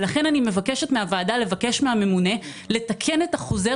ולכן אני מבקשת מהוועדה לבקש מהממונה לתקן את החוזר